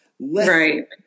Right